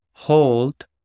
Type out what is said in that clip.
Hold